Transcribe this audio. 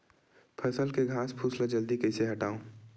फसल के घासफुस ल जल्दी कइसे हटाव?